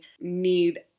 need